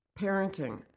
parenting